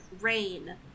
Rain